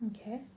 Okay